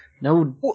no